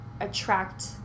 attract